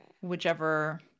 whichever